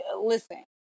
listen